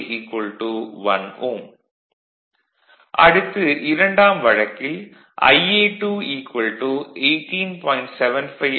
vlcsnap 2018 11 05 10h07m13s170 அடுத்து இரண்டாம் வழக்கில் Ia2 18